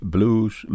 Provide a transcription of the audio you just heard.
Blues